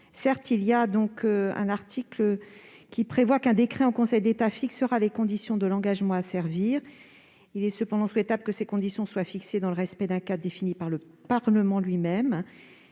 Certes, l'article prévoit qu'un décret en Conseil d'État fixera les conditions de l'engagement à servir. Il est cependant souhaitable que ces conditions soient fixées dans le respect d'un cadre défini par le Parlement lui-même.